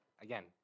again